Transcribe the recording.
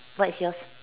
what's yours